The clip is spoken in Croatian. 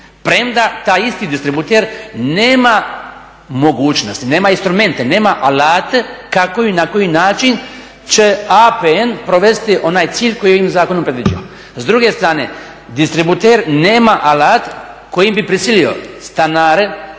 premda taj isti distributer nema mogućnosti, nema instrumente, nema alate kako i na koji način će APN provesti onaj cilj koji je u zakonu predviđen. S druge strane distributer nema alat kojim bi prisilio stanare